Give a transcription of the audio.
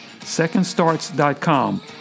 secondstarts.com